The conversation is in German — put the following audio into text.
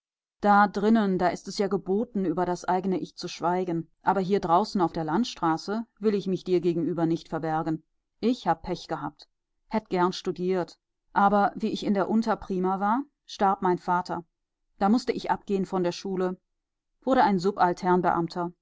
da drinnen da ist es ja geboten über das eigene ich zu schweigen aber hier draußen auf der landstraße will ich mich dir gegenüber nicht verbergen ich hab pech gehabt hätt gern studiert aber wie ich in der unterprima war starb der vater da mußte ich abgehen von der schule wurde ein subalternbeamter